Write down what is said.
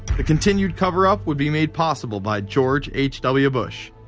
the continued cover-up would be made possible by george h. w. bush.